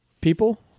people